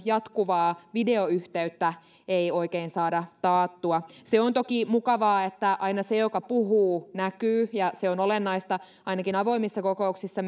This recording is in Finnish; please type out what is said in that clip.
jatkuvaa videoyhteyttä ei oikein saada taattua se on toki mukavaa että aina se joka puhuu näkyy se on olennaista ainakin avoimissa kokouksissa